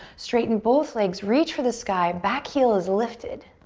straighten both legs, reach for the sky. back heel is lifted.